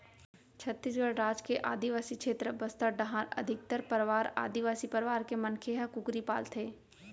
छत्तीसगढ़ राज के आदिवासी छेत्र बस्तर डाहर अधिकतर परवार आदिवासी परवार के मनखे ह कुकरी पालथें